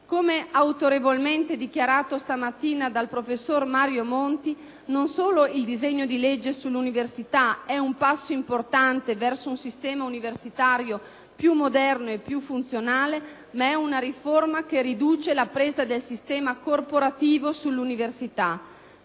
Come autorevolmente dichiarato stamattina dal professor Mario Monti, non solo il disegno di legge sull'università è un passo importante verso un sistema universitario più moderno e più funzionale, ma è una riforma che riduce la presa del sistema corporativo sull'università.